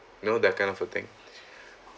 you know that kind of a thing